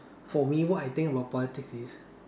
for me what I think about politics is